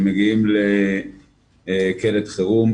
הם מגיעים לקלט חירום,